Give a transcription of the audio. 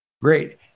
Great